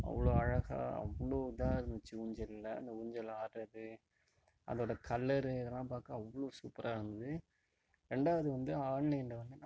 அவ்வளோ அழகாக அவ்வளோ இதாக இருந்துச்சு ஊஞ்சலில் அந்த ஊஞ்சல் ஆட்றது அதோட கலரு இதல்லாம் பார்க்க அவ்வளோ சூப்பராக இருந்துது ரெண்டாவது வந்து ஆன்லைனில் வந்து நான்